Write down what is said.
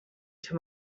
too